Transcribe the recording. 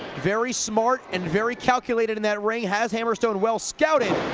very smart and very calculated in that ring. has hammerstone well scouted!